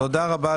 תודה רבה,